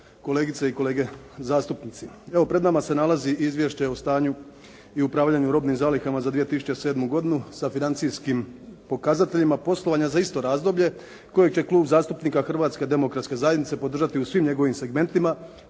kolegice i kolege zastupnici. Evo, pred nama se nalazi Izvješće o stanju i upravljanju robnim zalihama za 2007. godinu sa financijskim pokazateljima poslovanja za isto razdoblje kojeg će Klub zastupnika Hrvatske demokratske zajednice podržati u svim njegovim segmentima,